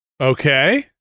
Okay